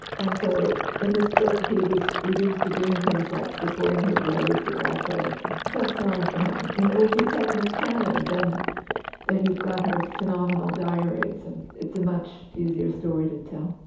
and so in this book he was reduced to doing things like reporting her grades at radcliffe. i and felt sorry for him. you know if you take miss cannon then then you've got her phenomenal diaries, and it's a much easier story to tell.